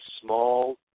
small